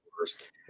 worst